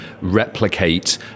replicate